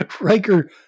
Riker